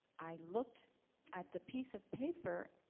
i looked at the piece of paper,